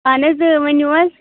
اہن حظ ؤنِو حظ